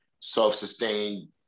self-sustained